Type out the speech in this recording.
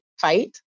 fight